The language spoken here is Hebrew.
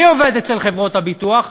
מי עובד אצל חברות הביטוח?